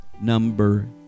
number